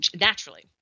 naturally